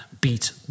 beat